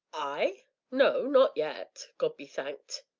i no, not yet, god be thanked!